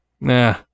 Nah